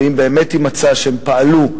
ואם באמת יימצא שהם פעלו,